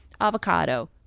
Avocado